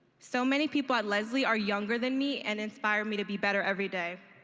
so many people at lesley are younger than me and inspire me to be better every day.